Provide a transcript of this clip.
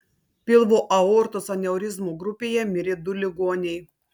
pilvo aortos aneurizmų grupėje mirė du ligoniai